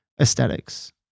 aesthetics